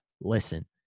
listen